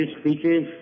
speeches